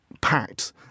packed